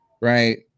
right